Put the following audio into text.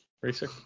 racer